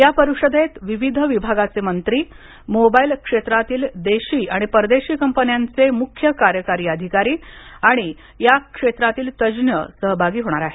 या परिषदेत विविध विभागाचे मंत्री मोबाईल क्षेत्रातील देशी आणि परदेशी कंपन्यांचे मुख्य कार्यकारी अधिकारी आणि या क्षेत्रातील तज्ञ सहभागी होणार आहेत